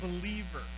believer